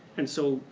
and so,